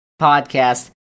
Podcast